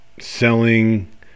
selling